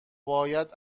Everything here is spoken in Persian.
باید